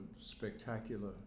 spectacular